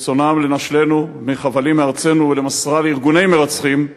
ברצונם לנשלנו מחבלים מארצנו ולמוסרה לארגוני מרצחים,